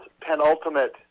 penultimate